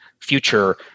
future